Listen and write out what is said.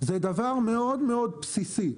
דבר מאוד מאוד בסיסי,